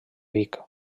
vic